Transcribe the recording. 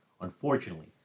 Unfortunately